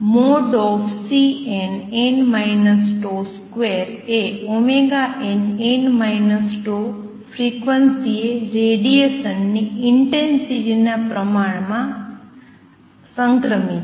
|Cnn τ |2 એ nn τ frequency એ radiation ની ઇંટેંસિટીના પ્રમાણમાં સંક્રમિત છે